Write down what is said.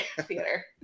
theater